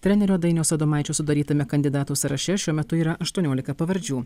trenerio dainiaus adomaičio sudarytame kandidatų sąraše šiuo metu yra aštuoniolika pavardžių